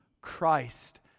Christ